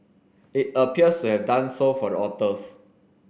it appears to have done so for the authors